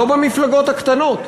לא במפלגות הקטנות.